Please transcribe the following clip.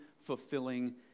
fulfilling